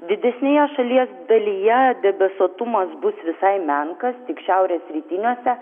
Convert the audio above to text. didesnėje šalies dalyje debesuotumas bus visai menkas tik šiaurės rytiniuose